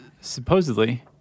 supposedly